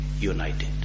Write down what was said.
united